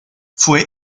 fue